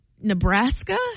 Nebraska